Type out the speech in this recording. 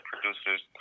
producers